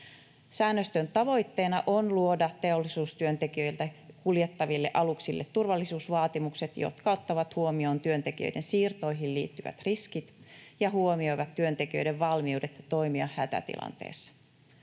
Säännöstön tavoitteena on luoda teollisuustyöntekijöitä kuljettaville aluksille turvallisuusvaatimukset, jotka ottavat huomioon työntekijöiden siirtoihin liittyvät riskit ja huomioivat työntekijöiden valmiudet toimia hätätilanteessa.